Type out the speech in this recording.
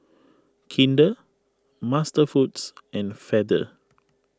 Kinder MasterFoods and Feather